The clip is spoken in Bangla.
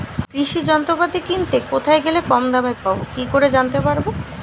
কৃষি যন্ত্রপাতি কিনতে কোথায় গেলে কম দামে পাব কি করে জানতে পারব?